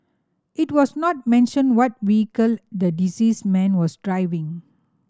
it was not mentioned what vehicle the deceased man was driving